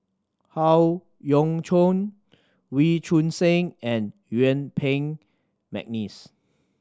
Howe Yoon Chong Wee Choon Seng and Yuen Peng McNeice